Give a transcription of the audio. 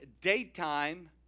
daytime